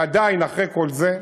ועדיין, אחרי כל זה,